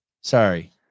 Sorry